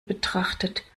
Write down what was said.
betrachtet